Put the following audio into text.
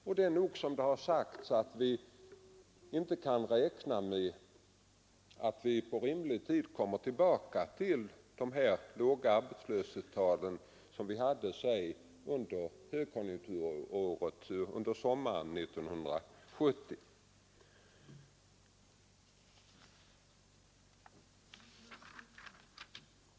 Vi kan nog, som det har sagts, inte räkna med att vi inom rimlig tid kommer tillbaka till de låga arbetslöshetstal som vi hade under sommaren högkonjunkturåret 1970.